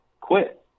quit